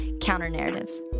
counter-narratives